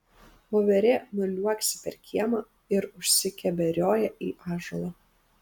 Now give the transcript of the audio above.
voverė nuliuoksi per kiemą ir užsikeberioja į ąžuolą